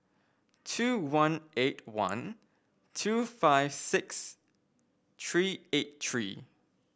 two one eight one two five six three eight three